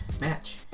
match